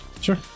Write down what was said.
Sure